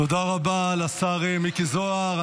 תודה רבה לשר מיקי זוהר.